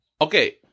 Okay